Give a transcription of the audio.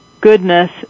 goodness